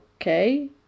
okay